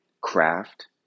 craft